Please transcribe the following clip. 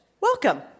Welcome